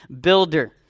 builder